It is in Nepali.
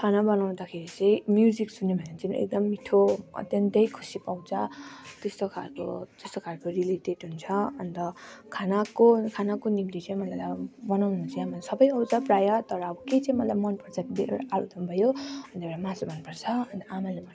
खाना बनाउँदाखेरि चाहिँ म्युजिक सुन्यो भने चाहिँ एकदम मिठो अत्यन्तै खुसी पाउँछ त्यस्तो खाले त्यस्तो खाले रिलेटेड हुन्छ अन्त खानाको खानाको निम्ति चाहिँ मलाई अब बनाउन चाहिँ अब सबै आउँछ प्रायः तर अब के चाहिँ मलाई मन पर्छ अब एउटा आलुदम भयो अनि एउटा मासु मन पर्छ अनि आमाले बनाएको चाहिँ मलाई